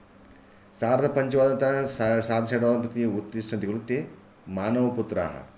सार्धपञ्चवादनतः सा सार्धषड्वादनं प्रति उत्तिष्ठन्ति खलु ते मानवपुत्राः